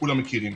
כולם מכירים.